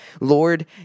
Lord